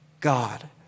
God